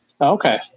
Okay